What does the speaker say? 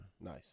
Nice